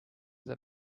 that